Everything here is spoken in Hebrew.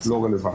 הוא לא רלוונטי.